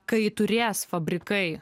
kai turės fabrikai